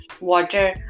water